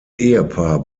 ehepaar